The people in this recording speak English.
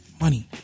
money